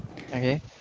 Okay